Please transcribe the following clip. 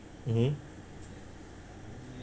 mmhmm